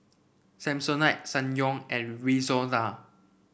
Samsonite Ssangyong and Rexona